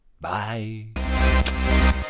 Bye